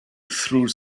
through